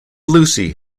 lucy